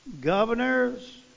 Governors